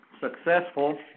successful